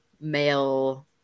male